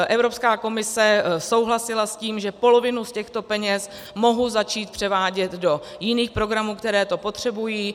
Evropská komise souhlasila s tím, že polovinu z těchto peněz mohu začít převádět do jiných programů, které to potřebují.